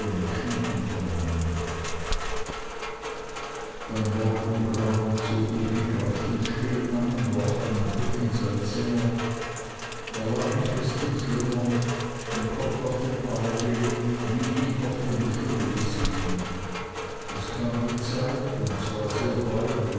schieden von einander beim morgengrauen zog ich mich rasch und still an und warf einen blick in sein zimmer er lag in festem schlummer den kopf auf den arm gelegt wie ich ihn oft in der schule gesehen es kam die zeit und zwar sehr bald